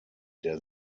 der